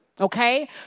okay